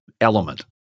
element